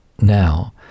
now